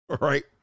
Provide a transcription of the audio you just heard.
Right